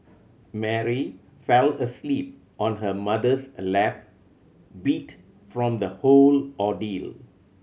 Mary fell asleep on her mother's a lap beat from the whole ordeal